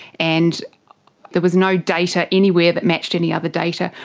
and there was no data anywhere that matched any other data.